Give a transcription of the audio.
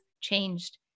Changed